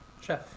Chef